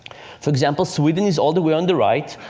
for example, sweden is all the way on the right,